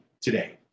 today